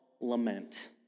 lament